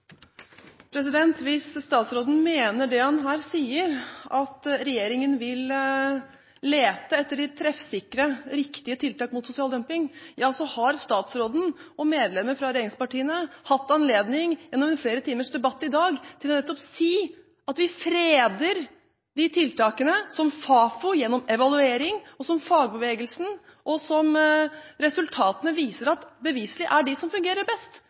Hvis statsråden mener det han her sier, at regjeringen vil lete etter treffsikre, riktige tiltak mot sosial dumping, har statsråden og medlemmer fra regjeringspartiene gjennom en flere timers debatt i dag hatt anledning til nettopp å si at de vil frede de tiltakene som Fafo, gjennom evaluering, og fagbevegelsen, viser til – beviselige resultater – er de som fungerer best,